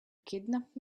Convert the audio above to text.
kidnap